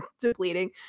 depleting